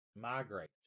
migrate